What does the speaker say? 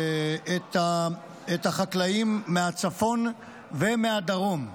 את החקלאים מהצפון ומהדרום.